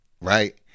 Right